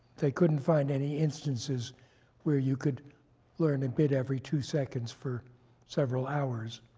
they couldn't find any instances where you could learn a bit every two seconds for several hours,